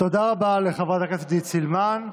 תודה רבה, לחברת הכנסת עידית סילמן.